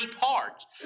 parts